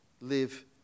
live